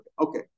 Okay